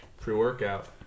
Pre-workout